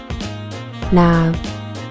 Now